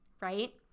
right